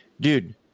dude